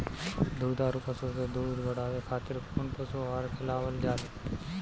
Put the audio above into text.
दुग्धारू पशु के दुध बढ़ावे खातिर कौन पशु आहार खिलावल जाले?